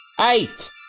eight